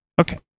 Okay